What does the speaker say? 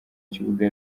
kibuga